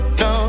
no